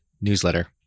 newsletter